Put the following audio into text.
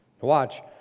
Watch